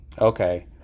Okay